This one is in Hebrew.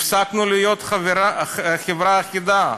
הפסקנו להיות חברה אחידה,